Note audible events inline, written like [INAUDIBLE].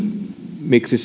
miksi [UNINTELLIGIBLE]